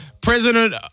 President